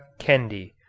Kendi